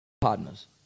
partners